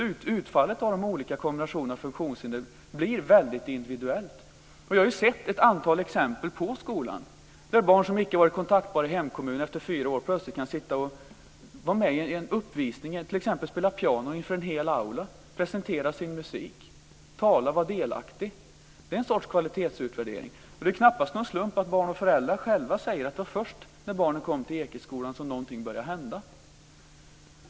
Utfallet av de olika kombinationerna av funktionshinder blir väldigt individuellt. Jag har sett ett antal exempel på skolan där barn som icke har varit kontaktbara i hemkommunen efter fyra år plötsligt kan vara med på en uppvisning och t.ex. spela piano inför en hel aula och presentera sin musik. Att eleven kan tala och vara delaktig är en sorts kvalitetsutvärdering. Det är knappast någon slump att barn och föräldrar själva säger att det först var när barnen kom till Ekeskolan som någonting började hända.